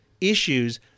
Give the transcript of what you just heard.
issues